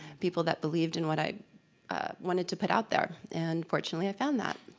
people that believed in what i wanted to put out there. and fortunately, i found that.